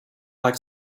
like